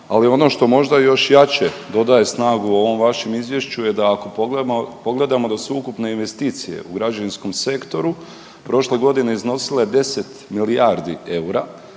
ali ono što možda još jače dodaje snagu u ovom vašem izvješću je da ako pogledamo, pogledamo da sveukupne investicije u građevinskom sektoru prošle godine iznosile 10 milijardi eura,